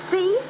See